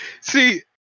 See